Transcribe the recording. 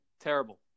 Terrible